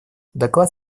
доклад